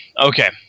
Okay